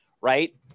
right